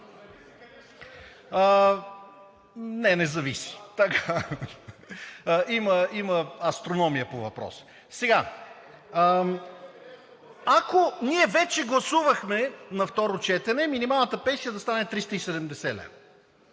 Не, не зависи. Има астрономия по въпроса. Ако ние вече гласувахме на второ четене минималната пенсия да стане 370 лв.,